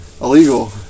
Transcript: illegal